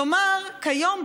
כלומר כיום,